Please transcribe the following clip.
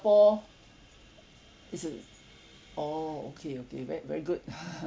is a oh okay okay very very good